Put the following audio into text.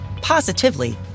positively